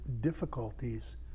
difficulties